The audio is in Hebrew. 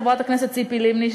חברת הכנסת ציפי לבני,